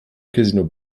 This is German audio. casino